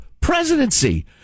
presidency